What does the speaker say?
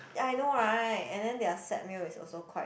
I know right and then their set meal is also quite